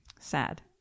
sad